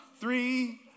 Three